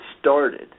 started –